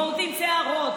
מורטים שערות,